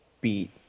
beat